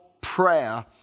prayer